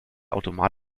automat